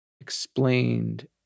explained